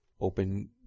open